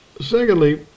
Secondly